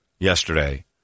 Yesterday